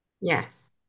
Yes